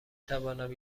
توانم